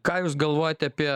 ką jūs galvojate apie